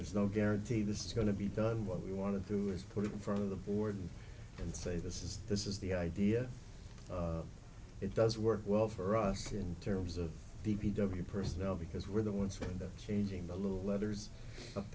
there's no guarantee this is going to be done what we want to do is put it in front of the board and say this is this is the idea it does work well for us in terms of the b w personnel because we're the ones with changing the little letters up